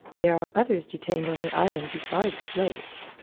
there are others detained on the island besides slaves.